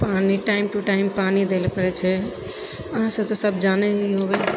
पानि time to time पानि दै लअ पड़ै छै अहाँ सब तऽ सब जानै ही होबै